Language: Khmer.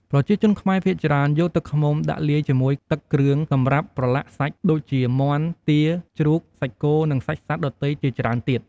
ប្រជាជនខ្មែរភាគច្រើន យកទឹកឃ្មុំដាក់លាយជាមួយទឹកគ្រឿងសម្រាប់ប្រឡាក់សាច់ដូចជាមាន់ ទា ជ្រូក សាច់គោរនិងសាច់សត្វដទៃជាច្រើនទៀត។